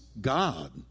God